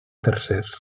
tercers